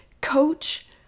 coach